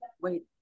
wait